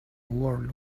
world